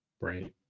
Right